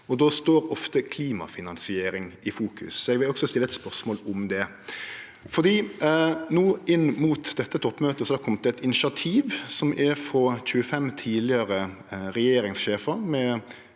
då står ofte klimafinansiering i fokus. Eg vil også stille eit spørsmål om det. Inn mot dette toppmøtet har det kome eit initiativ frå 25 tidlegare regjeringssjefar,